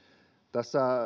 tässä